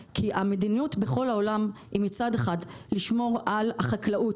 המדיניות בכל העולם היא מצד אחד לשמור על החקלאות,